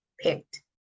picked